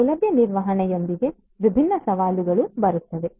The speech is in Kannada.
ಸೌಲಭ್ಯ ನಿರ್ವಹಣೆಯೊಂದಿಗೆ ವಿಭಿನ್ನ ಸವಾಲುಗಳು ಬರುತ್ತವೆ